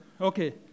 Okay